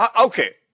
Okay